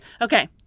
Okay